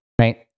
right